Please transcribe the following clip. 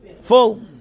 full